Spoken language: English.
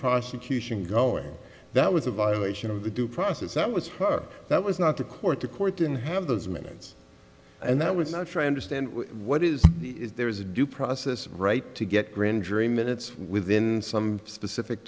prosecution going that was a violation of the due process that was that was not to court the court didn't have those minutes and that was not sure i understand what is is there is a due process right to get grand jury minutes within some specific